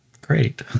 great